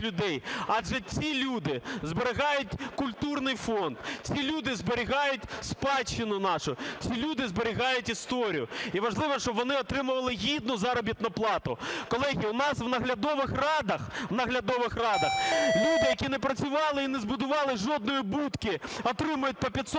людей, адже ці люди зберігають культурний фонд. Ці люди зберігають спадщину нашу. Ці люди зберігають історію. І важливо, щоб вони отримували гідну заробітну плату. Колеги, у нас в наглядових радах люди, які не працювали і не збудували жодної будки, отримують по 500